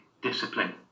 Discipline